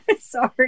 Sorry